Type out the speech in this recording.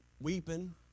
weeping